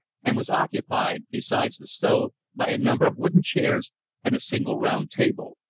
and was occupied, besides the stove, by a number of wooden chairs and a single round table.